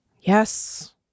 Yes